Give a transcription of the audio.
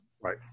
Right